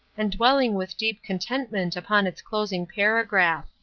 and dwelling with deep contentment upon its closing paragraph